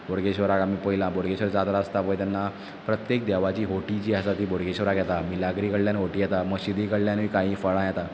बोडगेश्वराक आमी पयलां बोडगेश्वर जात्रा आसता पय तेन्ना प्रत्येक देवाची होटी जी आसा ती बोडगेश्वराक येता मिलाग्रिनी कडल्यान होटी येता मश्जिदी कडल्यानूय काहीं फळां येतात